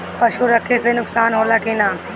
पशु रखे मे नुकसान होला कि न?